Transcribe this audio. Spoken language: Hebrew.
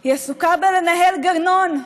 היא עסוקה בלנהל גנון,